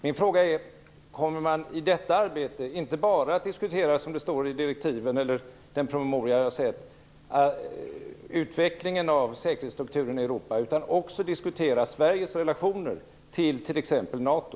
Min fråga är: Kommer man i detta arbete inte bara att diskutera det som står i direktiven, eller i den promemoria jag har sett, alltså utvecklingen av säkerhetsstrukturen i Europa, utan kommer man också att diskutera Sveriges relationer till t.ex. NATO?